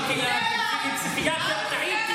יכול להיות שכשאמרתי לך: לכי לפסיכיאטר, טעיתי.